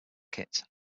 kit